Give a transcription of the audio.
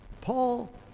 Paul